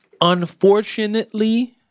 unfortunately